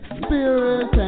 spirit